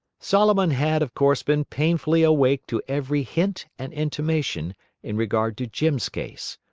solomon had, of course, been painfully awake to every hint and intimation in regard to jim's case.